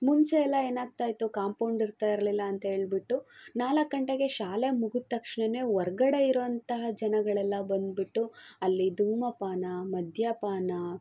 ಮುಂಚೆಯೆಲ್ಲ ಏನಾಗ್ತಾ ಇತ್ತು ಕಾಂಪೌಂಡ್ ಇರ್ತಾ ಇರಲಿಲ್ಲ ಅಂತ ಹೇಳ್ಬಿಟ್ಟು ನಾಲ್ಕು ಗಂಟೆಗೆ ಶಾಲೆ ಮುಗಿದ ತಕ್ಷಣವೆ ಹೊರ್ಗಡೆ ಇರೋವಂತಹ ಜನಗಳೆಲ್ಲ ಬಂದುಬಿಟ್ಟು ಅಲ್ಲಿ ಧೂಮಪಾನ ಮದ್ಯಪಾನ